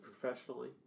professionally